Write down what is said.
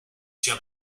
czyja